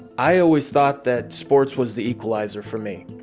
i always thought that sports was the equalizer for me.